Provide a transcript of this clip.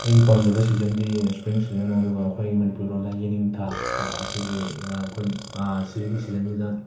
ꯑꯩꯒꯤ ꯄꯥꯝꯖꯕ ꯁꯤꯖꯟꯗꯤ ꯁ꯭ꯄ꯭ꯔꯤꯡ ꯁꯤꯖꯟ ꯑꯗꯨꯒ ꯑꯩꯈꯣꯏ ꯃꯅꯤꯄꯨꯔ ꯂꯣꯟꯗ ꯌꯦꯅꯤꯡꯊꯥ ꯀꯣ ꯑꯁꯤꯒꯤ ꯑꯩꯈꯣꯏ ꯁꯤꯒꯤ ꯁꯤꯖꯟꯁꯤꯗ